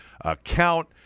account